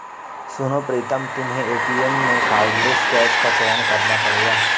सुनो प्रीतम तुम्हें एटीएम में कार्डलेस कैश का चयन करना पड़ेगा